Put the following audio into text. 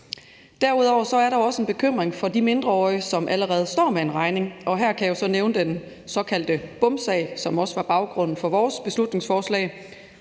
Derudover er der jo en bekymring for de mindreårige, som allerede står med en regning, og her kan jeg så nævne den såkaldte Bomsag, som også var baggrunden for vores beslutningsforslag.